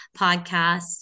podcast